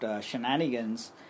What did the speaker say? shenanigans